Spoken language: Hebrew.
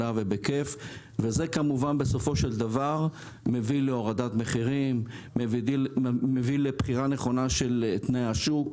זה מביא להורדת מחירים ולבחירה נכונה של תנאי השוק.